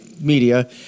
media